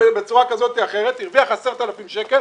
בצורה כזאת או אחרת הוא הרוויח 10,000 שקלים,